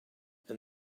and